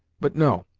but no.